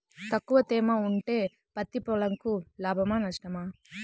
తక్కువ తేమ ఉంటే పత్తి పొలంకు లాభమా? నష్టమా?